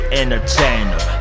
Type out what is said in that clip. entertainer